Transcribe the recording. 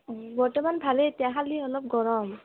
বৰ্তমান ভালেই এতিয়া খালি অলপ গৰম